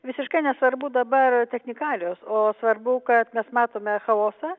visiškai nesvarbu dabar technikalijos o svarbu kad mes matome chaosą